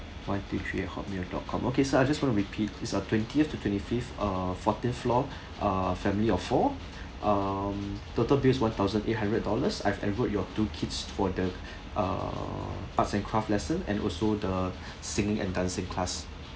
one two three at hotmail dot com okay sir I just want to repeat is uh twentieth to twenty-fifth err fourteenth floor uh family of four um total bill is one thousand eight hundred dollars I've enrolled your two kids for the uh arts and craft lesson and also the singing and dancing class